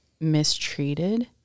mistreated